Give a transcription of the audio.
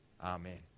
Amen